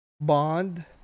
bond